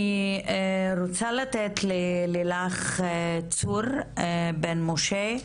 אני רוצה לתת ללילך צור בן משה,